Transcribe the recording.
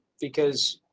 because.